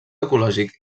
ecològic